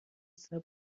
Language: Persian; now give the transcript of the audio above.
صبر